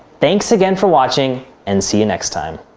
thanks again for watching and see you next time!